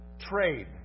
trade